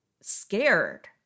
scared